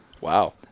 Wow